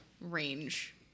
range